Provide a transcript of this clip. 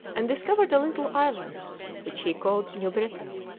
and discovered a little island which he called new britain.